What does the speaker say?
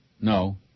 No